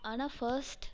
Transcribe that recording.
ஆனால் ஃபஸ்ட்